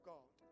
God